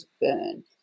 burn